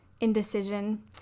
indecision